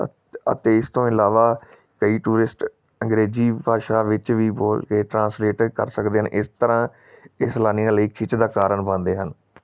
ਅ ਅਤੇ ਇਸ ਤੋਂ ਇਲਾਵਾ ਕਈ ਟੂਰਿਸਟ ਅੰਗਰੇਜ਼ੀ ਭਾਸ਼ਾ ਵਿੱਚ ਵੀ ਬੋਲ ਕੇ ਟਰਾਂਸਲੇਟ ਕਰ ਸਕਦੇ ਹਨ ਇਸ ਤਰ੍ਹਾਂ ਇਹ ਸੈਲਾਨੀਆਂ ਲਈ ਖਿੱਚ ਦਾ ਕਾਰਨ ਬਣਦੇ ਹਨ